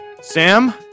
Sam